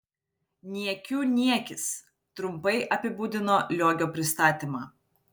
niekių niekis trumpai apibūdino liogio pristatymą